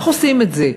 איך עושים את זה?